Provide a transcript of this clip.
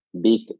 big